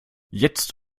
jetzt